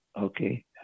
Okay